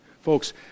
Folks